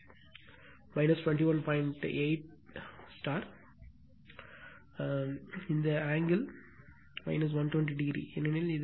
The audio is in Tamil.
8 பெருக்கல் இந்த ஆங்கிள் 120 ஏனெனில் 1 பெருக்கல் 1